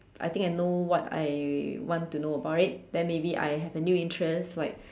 I think I know what I want to know about it then maybe I have a new interest like